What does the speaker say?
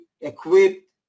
equipped